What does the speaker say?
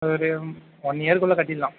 அது வரையும் ஒன் இயருக்குள்ளே கட்டிடலாம்